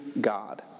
God